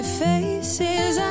faces